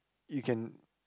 you can